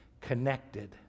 connected